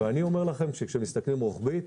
אני אומר לכם שכשמסתכלים רוחבית,